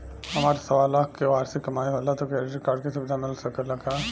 हमार सवालाख के वार्षिक कमाई होला त क्रेडिट कार्ड के सुविधा मिल सकेला का?